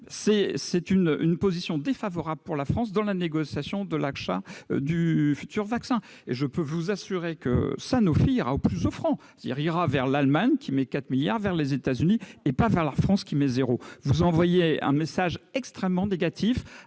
dans une position défavorable pour la négociation de l'achat du futur vaccin, car je peux vous assurer que Sanofi ira au plus offrant, c'est-à-dire vers l'Allemagne, qui met 4 milliards d'euros ou vers les États-Unis, mais pas vers la France qui en met zéro. Vous envoyez un message extrêmement négatif